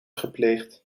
gepleegd